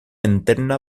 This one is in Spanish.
interna